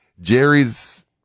Jerry's